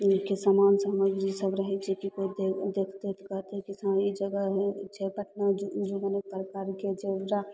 लैके सामान सब जे सब रहय छै कि कोइ देखते तऽ कहतय कि हँ ई जगह छै पटना ज़ूमे अनेक प्रकारके जेब्रा